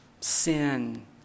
sin